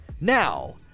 now